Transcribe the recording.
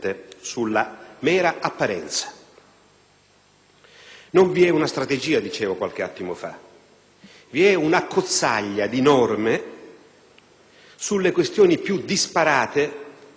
Non vi è una strategia, dicevo poco fa, vi è un'accozzaglia di norme sulle questioni più disparate, senza una logica.